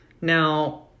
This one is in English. Now